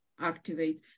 activate